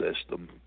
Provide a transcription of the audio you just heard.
system